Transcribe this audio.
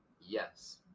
yes